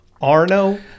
Arno